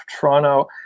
Toronto